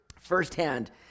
firsthand